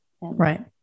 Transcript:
right